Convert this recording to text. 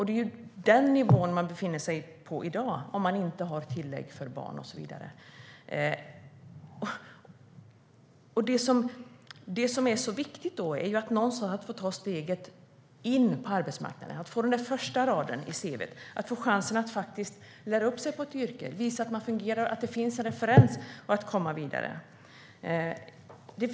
Det är på den nivån man befinner sig i dag om man inte har tillägg för barn och så vidare. Det som är så viktigt då är att få ta steget in på arbetsmarknaden, att få den första raden i cv:t, att få chansen att faktiskt lära upp sig i ett yrke och visa att man fungerar, att få en referens och komma vidare.